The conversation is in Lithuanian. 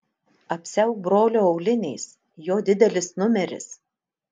apsiauk brolio auliniais jo didelis numeris